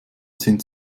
sind